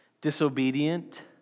disobedient